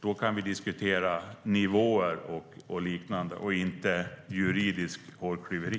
Då kan vi diskutera nivåer och liknande, och inte juridiskt hårklyveri.